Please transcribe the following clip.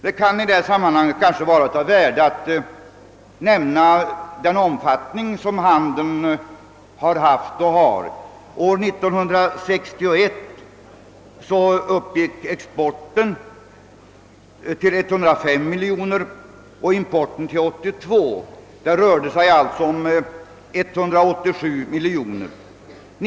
Det kanske i detta sammanhang kan vara av värde att nämna den omfattning som handeln mellan de båda staterna har haft och har. År 1961 uppgick exporten till 105 miljoner kronor och importen till 82 miljoner kronor, tillsammans alltså 187 miljoner kronor.